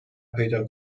پیدا